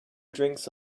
drinks